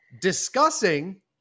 discussing